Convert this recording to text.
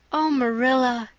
oh, marilla,